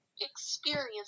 experience